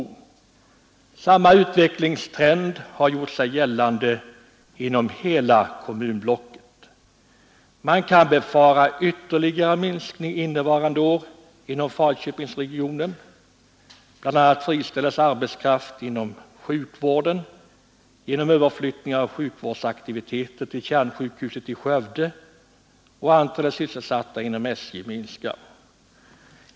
Samma utvecklingstrend har gjort sig gällande inom hela kommunblocket. Man kan befara ytterligare minskning innevarande år inom Falköpingsregionen. BI. a. friställs arbetskraft inom sjukvården genom överflyttning av sjukvårdsaktiviteter till kärnsjukhuset i Skövde, och antalet sysselsatta inom SJ minskar.